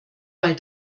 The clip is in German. weil